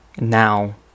now